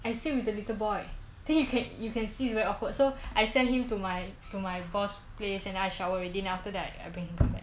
I sit with the little boy then you can you can see it very awkward so I sent him to my to my boss place and I shower already then I bring him go back